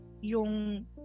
yung